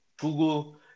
Google